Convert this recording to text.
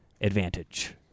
advantage